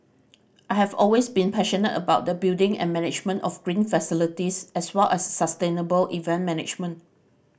I have always been passionate about the building and management of green facilities as well as sustainable event management